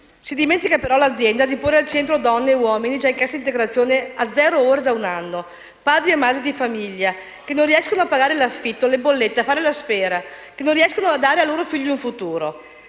Si dimentica però l'azienda di porre al centro donne e uomini già in cassa integrazione a zero ore da un anno; padri e madri di famiglia che non riescono a pagare l'affitto e le bollette o a fare la spesa, che non riescono a dare ai loro figli un futuro.